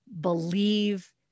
believe